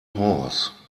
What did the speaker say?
horse